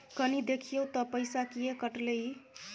कनी देखियौ त पैसा किये कटले इ?